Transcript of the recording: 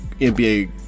NBA